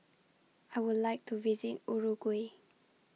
I Would like to visit Uruguay